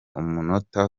umunota